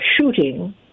shooting